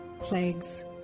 plagues